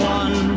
one